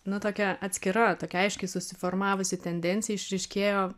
nu tokia atskira tokia aiškiai susiformavusi tendencija išryškėjo